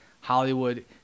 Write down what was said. Hollywood